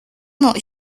not